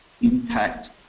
impact